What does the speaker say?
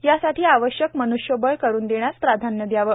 यासाठी आवश्यक मन्ष्यबळ करुन देण्यास प्राधान्य असावे